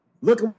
look